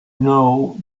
know